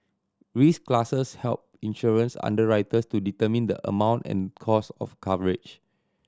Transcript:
risk classes help insurance underwriters to determine the amount and cost of coverage